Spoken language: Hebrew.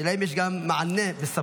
השאלה היא אם יש גם מענה בשפות.